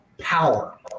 Power